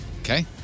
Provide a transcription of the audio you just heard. Okay